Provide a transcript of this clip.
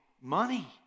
money